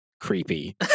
Creepy